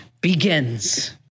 begins